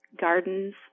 gardens